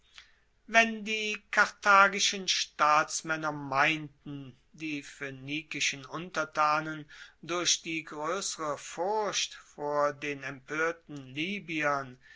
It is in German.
wenn die karthagischen staatsmaenner meinten die phoenikischen untertanen durch die groessere furcht vor den empoerten libyern